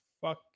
fuck